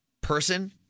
person